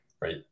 right